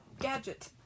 gadget